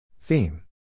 Theme